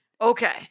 Okay